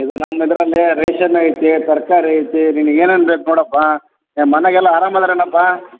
ಇದು ನಮ್ಮ ಇದರಲ್ಲಿ ರೇಷನ್ ಐತೆ ತರಕಾರಿ ಐತೆ ನಿನ್ಗೆ ಏನೇನು ಬೇಕು ನೋಡಪ್ಪಾ ಏ ಮನ್ಯಾಗೆ ಎಲ್ಲ ಆರಾಮ್ ಅದರೇನಪ್ಪಾ